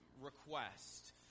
request